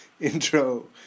intro